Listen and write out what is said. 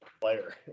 player